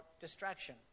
distraction